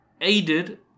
aided